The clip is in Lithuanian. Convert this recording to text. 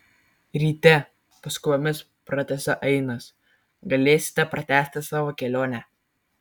ryte paskubomis pratęsė ainas galėsite pratęsti savo kelionę